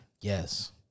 Yes